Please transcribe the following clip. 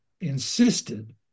insisted